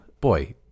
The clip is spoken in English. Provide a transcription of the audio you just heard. Boy